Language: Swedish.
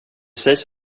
sägs